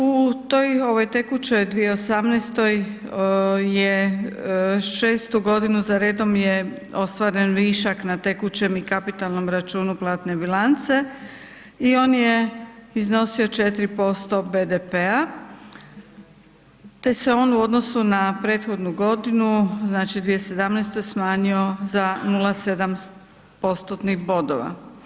U toj, ovoj tekućoj, 2018.-oj je šestu godinu zaredom je ostvaren višak na tekućem i kapitalnom računu platne bilance, i on je iznosio 4% BDP-a, te se on u odnosu na prethodnu godinu, znači 2017.-tu, smanjio za 0,7 postotnih bodova.